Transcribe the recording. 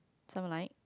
something like